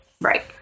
Right